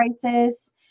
crisis